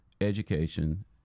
education